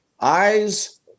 Eyes